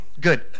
good